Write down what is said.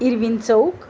Irwin Chowk